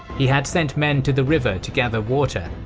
he had sent men to the river to gather water,